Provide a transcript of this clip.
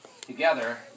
together